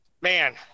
man